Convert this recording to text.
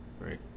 right